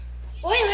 Spoiler